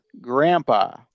Grandpa